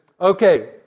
Okay